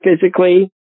physically